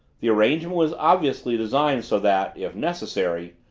the arrangement was obviously designed so that, if necessary,